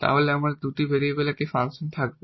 তাহলে আমাদের দুটি ভেরিয়েবলের একটি ফাংশন থাকবে